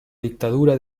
dictadura